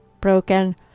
broken